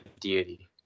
deity